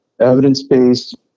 evidence-based